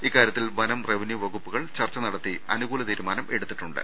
ഇക്കാര്യത്തിൽ വനം റവന്യൂ വകുപ്പുകൾ ചർച്ച നടത്തി അനുകൂല തീരുമാനം എടുത്തിട്ടുണ്ട്